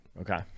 okay